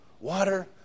water